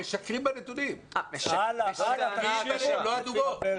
משקרים בנתונים, הן לא אדומות.